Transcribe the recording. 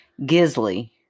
gizly